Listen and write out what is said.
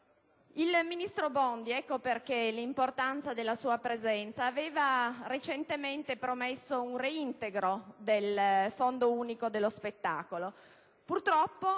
Il ministro Bondi - ecco il motivo dell'importanza della sua presenza - aveva recentemente promesso un reintegro del Fondo unico per lo spettacolo.